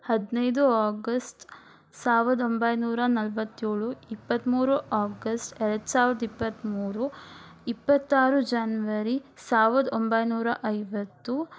ಹದಿನೈದು ಆಗಸ್ಟ್ ಸಾವಿರದ ಒಂಬೈನೂರ ನಲವತ್ತೇಳು ಇಪ್ಪತ್ತ್ಮೂರು ಆಗಸ್ಟ್ ಎರಡು ಸಾವಿರದ ಇಪ್ಪತ್ತ್ಮೂರು ಇಪ್ಪತ್ತಾರು ಜನ್ವರಿ ಸಾವಿರದ ಒಂಬೈನೂರ ಐವತ್ತು